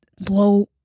blow